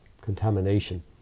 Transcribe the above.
contamination